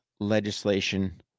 legislation